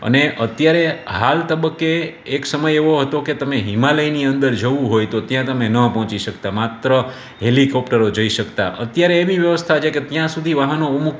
અને અત્યારે હાલ તબક્કે એક સમય એવો હતો કે તમે હિમાલયની અંદર જવું હોય તો ત્યાં તમે ન પહોંચી શકતા માત્ર હેલિકોપ્ટરો જઈ શકતા અત્યારે એવી વ્યવસ્થા છે કે ત્યાં સુધી વાહનો